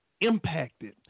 impacted